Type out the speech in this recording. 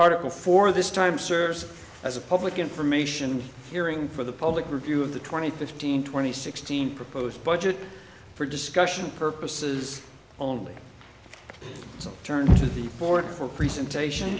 article for this time serve as a public information hearing for the public review of the twenty fifteen twenty sixteen proposed budget for discussion purposes only to turn to the board for presentation